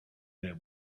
their